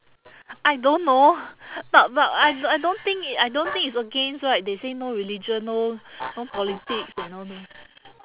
I don't know but but I I don't think it I don't think it's against right they say no religion no no politics and all those